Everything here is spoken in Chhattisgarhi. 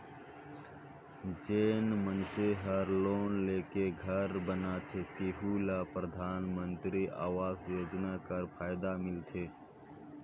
जेन मइनसे हर लोन लेके घर बनाथे तेहु ल परधानमंतरी आवास योजना कर फएदा मिलथे